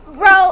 Bro